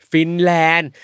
Finland